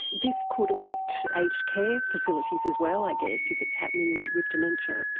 this could affect aged care facilities as well i guess, if it's happening with dementia.